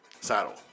Saddle